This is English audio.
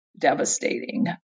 devastating